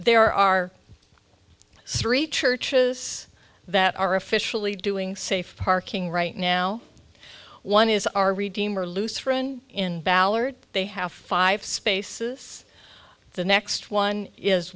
there are three churches that are officially doing safe parking right now one is our redeemer lutheran in ballard they have five spaces the next one is